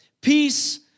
Peace